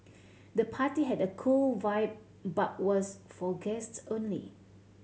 the party had a cool vibe but was for guests only